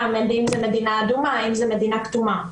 אם זה מדינה אדומה, אם זה מדינה כתומה.